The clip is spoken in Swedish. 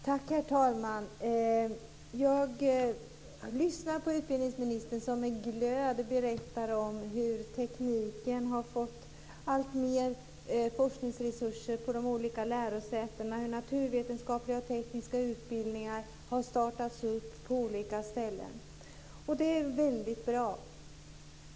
Herr talman! Jag lyssnade på utbildningsministern, som med glöd berättar om hur tekniken har fått alltmer forskningsresurser på de olika lärosätena, hur naturvetenskapliga och tekniska utbildningar har startats på olika ställen. Och det är väldigt bra.